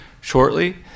shortly